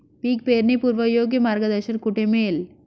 पीक पेरणीपूर्व योग्य मार्गदर्शन कुठे मिळेल?